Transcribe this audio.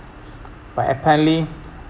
but apparently